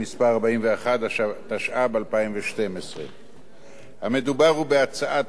התשע"ב 2012. המדובר הוא בהצעת חוק ממשלתית,